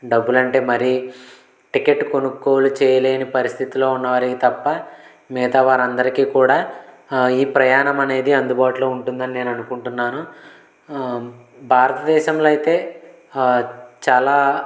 డబ్బులంటే మరీ టికెట్టు కొనుక్కోలు చేయలేని పరిస్థితిలో ఉన్నవారికి తప్ప మిగతా వారందరికీ కూడా ఈ ప్రయాణమనేది అందుబాటులో ఉంటుందని నేను అనుకుంటున్నాను భారతదేశంలో అయితే చాలా